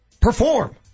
Perform